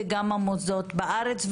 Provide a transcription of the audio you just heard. וגם המוסדות בארץ,